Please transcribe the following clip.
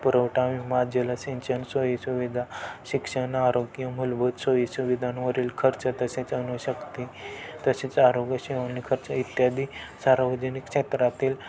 पुरवठा विमा जल सिंचन सोयी सुविधा शिक्षण आरोग्य मूलभूत सोयी सुविधांवरील खर्च तसेच अणुशक्ती तसेच आरोग्य सेवांनी खर्च इत्यादी सार्वजनिक क्षेत्रातील